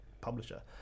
publisher